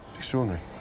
Extraordinary